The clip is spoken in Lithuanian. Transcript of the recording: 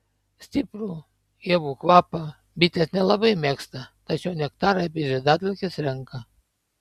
stiprų ievų kvapą bitės nelabai mėgsta tačiau nektarą bei žiedadulkes renka